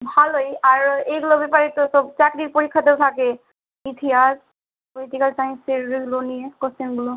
ভালোই আর এইগুলোর ব্যাপারে তো সব চাকরির পরীক্ষাতেও থাকে ইতিহাস পলিটিকাল সাইন্সে তো এগুলো এগুলো নিয়ে কোশ্চেনগুলো